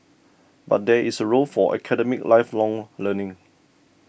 but there is a role for academic lifelong learning